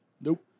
Nope